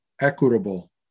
equitable